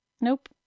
Nope